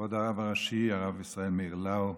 כבוד הרב הראשי הרב ישראל מאיר לאו,